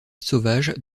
sauvage